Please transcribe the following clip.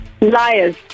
liars